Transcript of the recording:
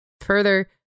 Further